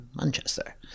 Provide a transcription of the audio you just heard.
Manchester